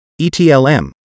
ETLM